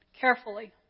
carefully